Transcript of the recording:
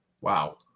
wow